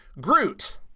Groot